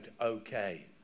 okay